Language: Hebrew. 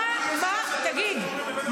תגיד,